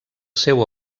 seu